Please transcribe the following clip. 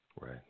Right